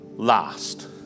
Last